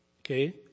Okay